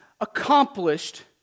accomplished